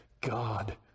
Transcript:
God